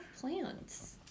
plants